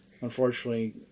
Unfortunately